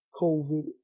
COVID